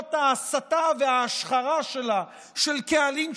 ביכולות ההסתה וההשחרה שלה של קהלים שלמים,